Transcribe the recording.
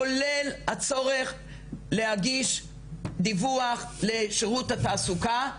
כולל הצורך להגיש דיווח לשירות התעסוקה,